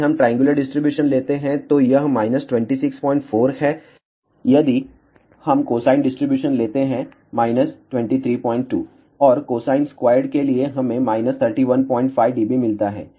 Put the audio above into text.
यदि हम triangular distribution लेते हैं तो यह 264 है यदि हम कोसाइन डिस्ट्रीब्यूशन लेते हैं 232 और कोसाइन स्क्वायर्ड के लिए हमें 315 dB मिलता है